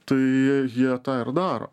tai jie tą ir daro